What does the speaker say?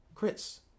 Chris